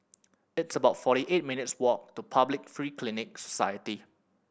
it's about forty eight minutes' walk to Public Free Clinic Society